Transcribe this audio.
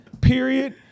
period